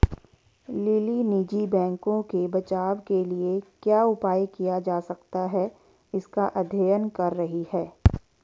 lily निजी बैंकों के बचाव के लिए क्या उपाय किया जा सकता है इसका अध्ययन कर रही है